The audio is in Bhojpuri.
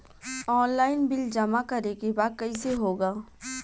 ऑनलाइन बिल जमा करे के बा कईसे होगा?